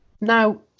Now